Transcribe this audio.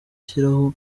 ashyiraho